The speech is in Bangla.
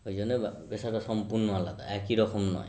ওই জন্য পেশাটা সম্পূর্ণ আলাদা একই রকম নয়